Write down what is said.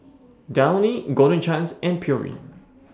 Downy Golden Chance and Pureen